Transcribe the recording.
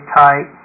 tight